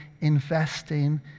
investing